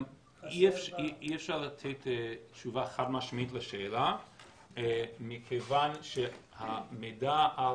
אי אפשר לתת תשובה חד משמעית לשאלה מכיוון שהמידע על